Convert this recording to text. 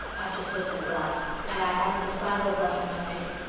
i've just looked in the glass, and i hadn't the sign of a blush on my face.